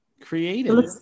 creative